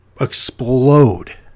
explode